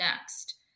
next